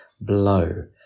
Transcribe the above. blow